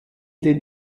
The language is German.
den